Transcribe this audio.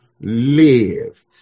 live